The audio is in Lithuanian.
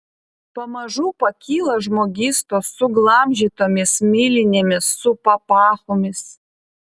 pamažu pakyla žmogystos suglamžytomis milinėmis su papachomis